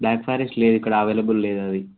black forest లేదు ఇక్కడ available లేదు అది